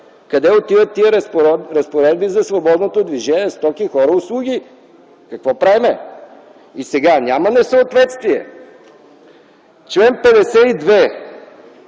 къде отиват разпоредбите за свободното движение на стоки, хора и услуги? Какво правим? И сега, няма несъответствие. Член 52